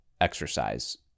exercise